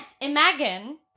Imagine